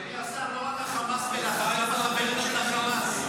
אדוני השר, לא רק חמאס בלחץ, גם החברים של חמאס.